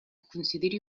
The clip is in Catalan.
consideri